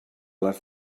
les